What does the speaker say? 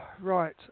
Right